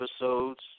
episodes